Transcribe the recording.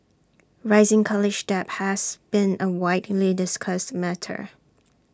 rising college debt has been A widely discussed matter